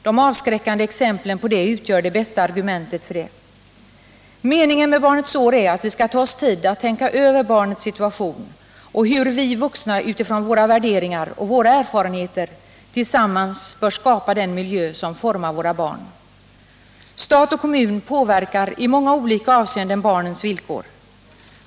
De avskräckande exemplen utgör det bästa argumentet härför. Meningen med barnets år är att vi skall ta oss tid att tänka över barnets situation och hur vi vuxna utifrån våra värderingar och våra erfarenheter tillsammans bör skapa den miljö som formar våra barn. Stat och kommun påverkar i många olika avseenden barnens villkor.